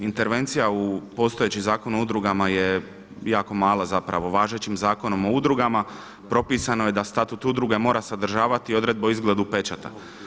Intervencija u postojeći Zakon o udrugama je jako mala zapravo važećim Zakonom o udrugama, propisano je da statut udruge mora sadržavati odredbe o izgledu pečata.